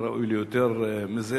וראוי ליותר מזה,